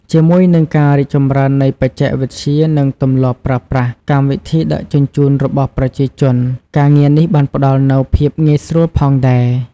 ជាមួយនឹងការរីកចម្រើននៃបច្ចេកវិទ្យា និងទម្លាប់ប្រើប្រាស់កម្មវិធីដឹកជញ្ជូនរបស់ប្រជាជន ការងារនេះបានផ្តល់នូវភាពងាយស្រួលផងដែរ។